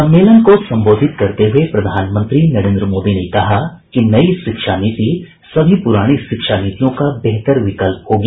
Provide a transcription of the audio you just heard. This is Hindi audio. सम्मेलन को संबोधित करते हुए प्रधानमंत्री नरेन्द्र मोदी ने कहा कि नई शिक्षा नीति सभी पुरानी शिक्षा नीतियों का बेहतर विकल्प होगी